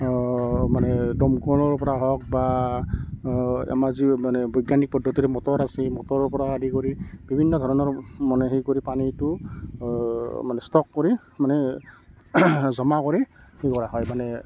মানে দমকলৰ পৰা হওক বা আমাৰ যি মানে বৈজ্ঞানিক পদ্ধতিৰ মটৰ আছে মটৰৰ পৰা আদি কৰি বিভিন্ন ধৰণৰ মানে হেৰি কৰি পানীটো মানে ষ্টক কৰি মানে জমা কৰি হেৰি কৰা হয় মানে